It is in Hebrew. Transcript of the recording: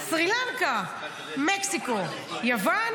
סרי לנקה, מקסיקו, יוון